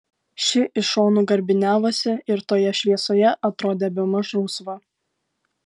ši iš šonų garbiniavosi ir toje šviesoje atrodė bemaž rausva